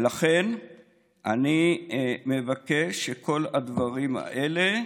לכן אני מבקש שכל הדברים האלה,